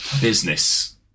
business